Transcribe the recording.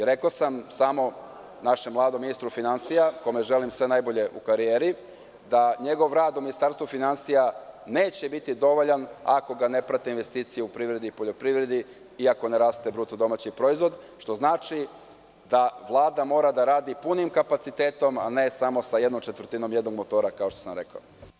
Rekao sam samo našem mladom ministru finansija, kome želim sve najbolje u karijeri, da njegov rad u Ministarstvu finansija neće biti dovoljan ako ga ne prate investicije u privredi i poljoprivredi i ako ne raste bruto domaći proizvod, što znači da Vlada mora da radi punim kapacitetom, a ne samo sa jednom četvrtinom jednog motora, kao što sam rekao.